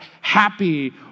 happy